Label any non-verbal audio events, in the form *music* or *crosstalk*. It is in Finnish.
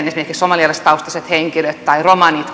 *unintelligible* esimerkiksi somalialaistaustaisilla henkilöillä tai romaneilla